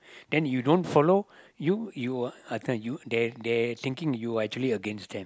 then you don't follow you you are time they they are thinking you are actually against them